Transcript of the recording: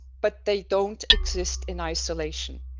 but they don't exist in isolation